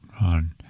on